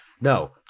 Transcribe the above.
no